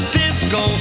disco